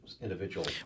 individual